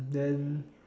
then